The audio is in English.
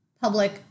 public